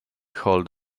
hold